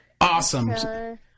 Awesome